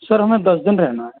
sir हमें दस दिन रहना है